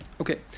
Okay